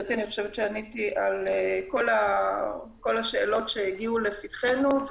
אני חושבת שעניתי על כל השאלות שהגיעו לפתחנו.